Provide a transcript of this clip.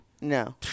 No